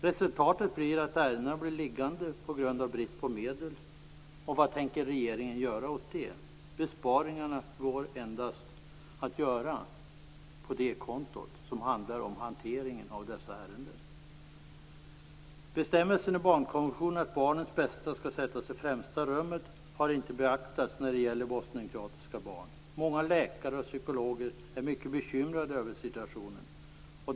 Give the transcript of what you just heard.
Resultatet blir att ärendena blir liggande på grund av brist på medel. Vad tänker regeringen göra åt det? Besparingarna kan endast göras på det konto som är avsett för hanteringen av dessa ärenden. Bestämmelsen i barnkonventionen att barnens bästa skall sättas i främsta rummet har inte beaktats när det gäller bosnienkroatiska barn. Många läkare och psykologer är mycket bekymrade över situationen.